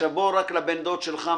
נעבור לבן דוד שלך.